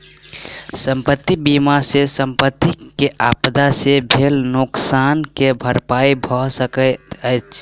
संपत्ति बीमा सॅ संपत्ति के आपदा से भेल नोकसान के भरपाई भअ सकैत अछि